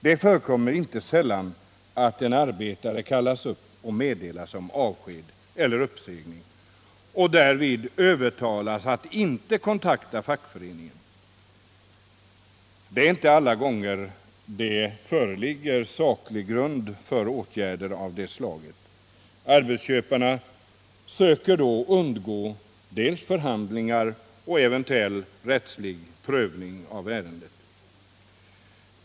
Det förekommer inte sällan att en arbetare — m.m. kallas upp och får meddelande om avsked eller uppsägning och därvid övertalas att inte kontakta fackföreningen. Det är inte alla gånger det föreligger saklig grund för åtgärder av det slaget. Arbetsköparen söker då undgå förhandling och eventuell rättslig prövning av ärendet.